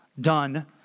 done